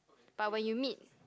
but when you meet